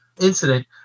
incident